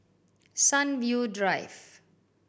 Sunview Drive